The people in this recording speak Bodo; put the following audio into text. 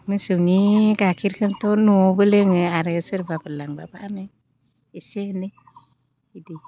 मोसौनि गाइखेरखौथ' न'आवबो लोङो आरो सोरबाफोर लांबा फानो एसे एनै बिदि